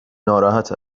ناراحت